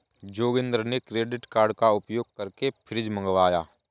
जोगिंदर ने credit card का उपयोग करके फ्रिज मंगवाया